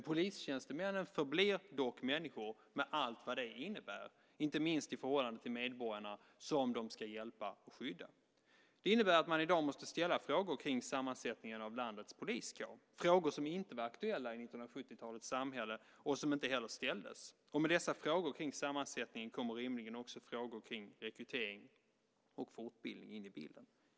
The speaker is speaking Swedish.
Polistjänstemännen förblir dock människor med allt vad det innebär, inte minst i förhållande till medborgarna, som de ska hjälpa och skydda. Det innebär att man i dag måste ställa frågor kring sammansättningen av landets poliskår, frågor som inte var aktuella i 1970-talets samhälle och som inte heller ställdes. Och med dessa frågor kring sammansättningen kommer rimligen också frågor kring rekrytering och fortbildning in i bilden.